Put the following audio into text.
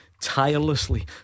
Tirelessly